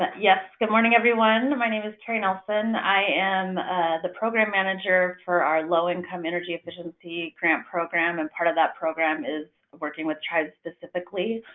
yes, good morning everyone. my name is carrie nelson. i am the program manager for our low-income energy efficiency grant program. and part of that program is working with tribes specifically.